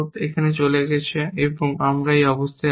এই চলে গেছে এবং তারপর আমাদের এই অবস্থা আছে